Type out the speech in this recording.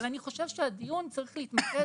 אני חושב שהדיון צריך להתמקד